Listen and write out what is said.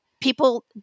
People